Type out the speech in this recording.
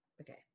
Okay